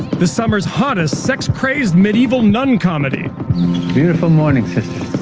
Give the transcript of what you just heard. the summer's hottest sex-crazed medieval nun comedy beautiful morning, sisters.